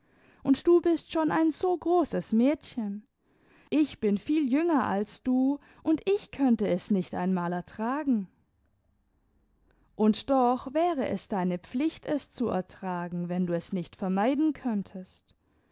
und du bist schon ein so großes mädchen ich bin viel jünger als du und ich könnte es nicht einmal ertragen und doch wäre es deine pflicht es zu ertragen wenn du es nicht vermeiden könntest